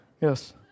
Yes